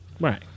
Right